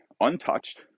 untouched